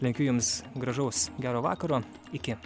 linkiu jums gražaus gero vakaro iki